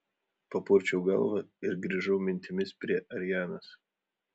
papurčiau galvą ir grįžau mintimis prie arianos